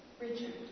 Richard